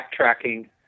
backtracking